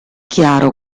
chiaro